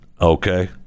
okay